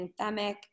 anthemic